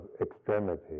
extremity